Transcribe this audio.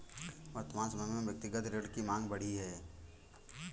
वर्तमान समय में व्यक्तिगत ऋण की माँग बढ़ी है